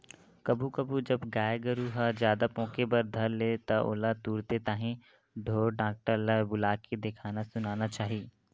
कभू कभू जब गाय गरु ह जादा पोके बर धर ले त ओला तुरते ताही ढोर डॉक्टर ल बुलाके देखाना सुनाना चाही